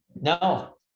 no